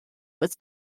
was